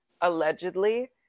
allegedly